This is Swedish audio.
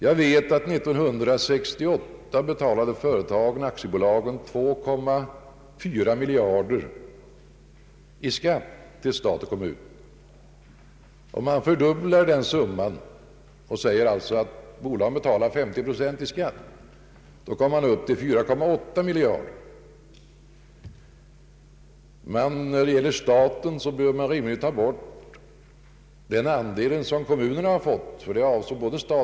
Företag och aktiebolag betalade år 1968 2,4 miljarder kronor i skatt till stat och kommun. Om man fördubblar den summan och förutsätter att bolagen betalar 50 procent i skatt, kommer man upp i 4,8 miljarder kronor. Men när det gäller statens intäkter på en sådan höjning bör man rimligen dra av kommunernas andel.